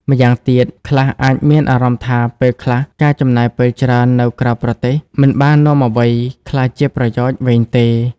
ម្យ៉ាងទៀត ខ្លះអាចមានអារម្មណ៍ថាពេលខ្លះការចំណាយពេលច្រើននៅក្រៅប្រទេស មិនបាននាំអ្វីក្លាយជាប្រយោជន៍វែងទេ។